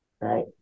Right